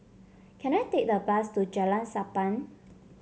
can I take a bus to Jalan Sappan